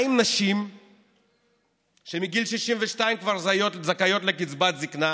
מה עם נשים שמגיל 62 כבר זכאיות לקצבת זקנה?